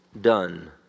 done